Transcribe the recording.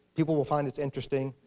people will find it interesting.